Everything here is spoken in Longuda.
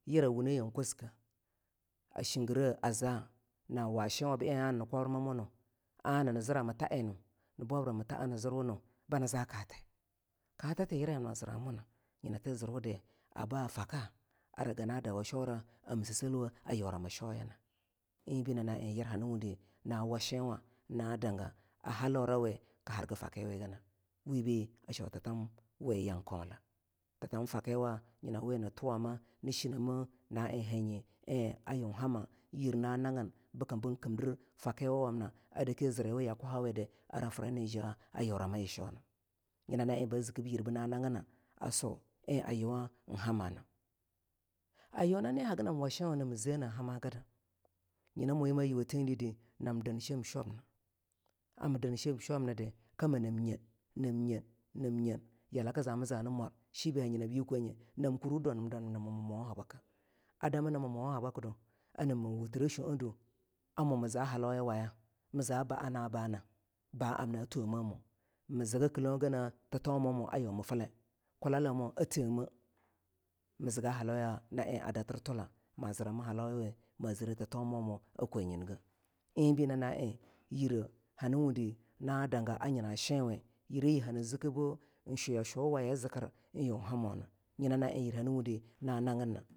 Yira wune yan koske a shingire a za na wa shenwa bii eing anii ni kwabri mamunu anii nizirami tha eing nu nii bulabrami thah nii zirwuni bani za kateh kathati yirayamna ziramuna yithi zirwudi a fakka ara ganna dawa shaura amasiselweh a yurama shauyana eing bii nyina na eing yir hani wundi na washinwa na danga a halaura we ki hargi fakiwe gana we be a shau titomawe yan kaula thiman fakiwa nyina we nii tuwama i shenneme na eing hanyi eing a yun hama yir na nagin bikim bii kimdir fakiwamna a dake ziriwu ya kwahawida ara fira nijaa a yurama yi sheawna nyina a eing ba ziki bu yirna nagina a swo, eing a yuwan hamana a Yunani hagi nan wa shenena nami ze nii hamagada nyina moye ma yiwo telidi nam din shem shwabna amii din shem shwabnidi kama nab nyen, nab nyen, nab nyen yalaka zami zani mwar shebe hanyi nab yii kwonyete nam kurwu dwanim dwanim na mii mwawa habaka danama mwowa habaka nama wutire sheaw du amu mii ze halawaya mii za ba'a na bana ba amna thomamah mii zigi killaugane, thitomuwamu a yuwa mii filleh kulalamo a themeh mii ziga halauya na eing a datir tula ma zirana halauya ma zire thitomuwa kwanye ige eing be nyina na eing yire hani wundi na danga nyina shenwe yire yi hani zikki bu eing shuh yeshu wa yea zikira eing yun hamo na nyina na eing yire hani wundi na naginna.